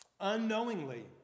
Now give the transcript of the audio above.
unknowingly